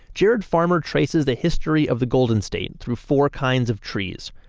jared farmer traces the history of the golden state through four kinds of trees.